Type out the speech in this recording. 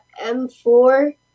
M4